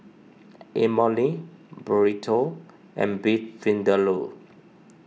Imoni Burrito and Beef Vindaloo